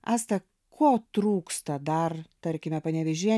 asta ko trūksta dar tarkime panevėžyje